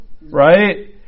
right